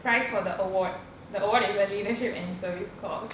prize for the award the award is a leadership and service course